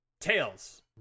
Tails